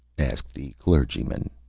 asked the clergyman.